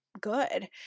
good